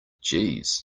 jeez